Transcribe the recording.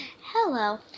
Hello